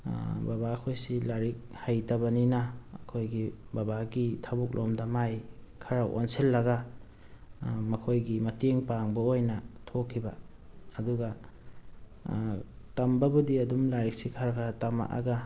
ꯕꯕꯥꯈꯣꯏꯁꯤ ꯂꯥꯏꯔꯤꯛ ꯍꯩꯇꯕꯅꯤꯅ ꯑꯩꯈꯣꯏꯒꯤ ꯕꯕꯥꯒꯤ ꯊꯕꯛ ꯂꯣꯝꯗ ꯃꯥꯏ ꯈꯔ ꯑꯣꯟꯁꯤꯜꯂꯒ ꯃꯈꯣꯏꯒꯤ ꯃꯇꯦꯡ ꯄꯥꯡꯕ ꯑꯣꯏꯅ ꯊꯣꯛꯈꯤꯕ ꯑꯗꯨꯒ ꯇꯝꯕꯕꯨꯗꯤ ꯑꯗꯨꯝ ꯂꯥꯏꯔꯤꯛꯁꯤ ꯈꯔ ꯈꯔ ꯇꯝꯃꯛꯑꯒ